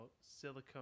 silicone